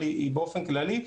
אבל היא באופן כללי,